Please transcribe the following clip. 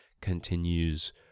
continues